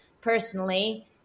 personally